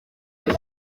iri